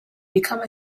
become